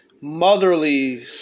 motherly